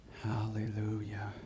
Hallelujah